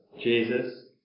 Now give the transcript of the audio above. Jesus